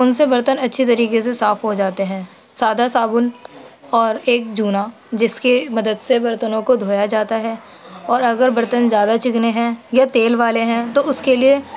ان سے برتن اچھے طریقے سے صاف ہو جاتے ہیں سادہ صابن اور ایک جونا جس کے مدد سے برتنوں کو دھویا جاتا ہے اور اگر برتن زیادہ چکنے ہیں یا تیل والے ہیں تو اس کے لیے